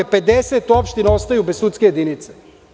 Pedeset opština ostaju bez sudske jedinice.